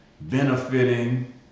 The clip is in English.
benefiting